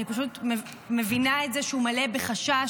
אני פשוט מבינה את זה שהוא מלא בחשש